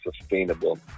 sustainable